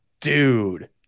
dude